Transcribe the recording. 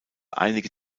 einige